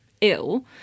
ill